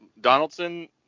Donaldson